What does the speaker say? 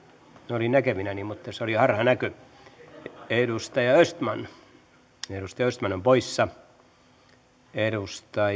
olin näkevinäni mutta se oli harhanäky edustaja östman edustaja östman on poissa edustaja